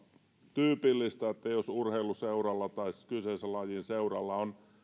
tyypillistä että jos urheiluseuralla tai kyseisen lajin seuralla on